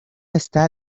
está